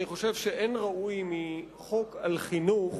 אני חושב שאין ראוי מחוק על חינוך